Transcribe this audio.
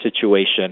situation